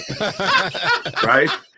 Right